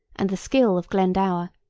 and the skill of glendower,